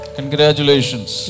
Congratulations